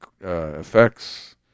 effects